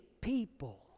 people